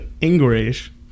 English